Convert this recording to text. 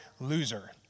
loser